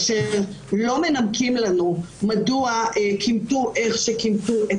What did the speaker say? לא מנמקים לנו מדוע כימתו איך שכימתו.